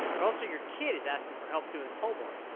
but also, your kid is asking for help doing homework.